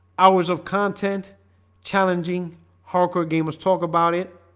hours of content challenging hardcore gamers talk about it